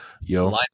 Yo